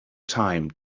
time